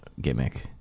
gimmick